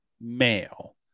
male